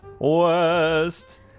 West